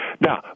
Now